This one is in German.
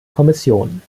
kommission